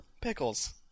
Pickles